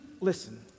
listen